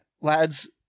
lads